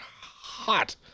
hot